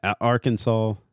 Arkansas